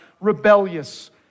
rebellious